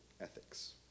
ethics